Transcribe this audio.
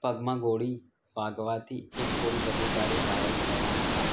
પગમાં ગોળી વાગવાથી એક પોલીસ અધિકારી ઘાયલ થયા હતા